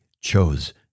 chose